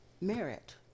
merit